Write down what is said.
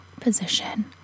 position